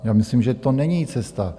Já myslím, že to není cesta.